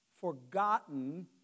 forgotten